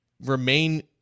remain